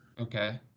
Okay